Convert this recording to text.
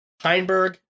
Heinberg